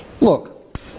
Look